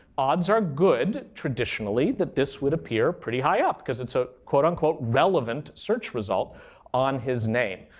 odds are good, traditionally, that this would appear pretty high up because it's a quote, unquote relevant search result on his name.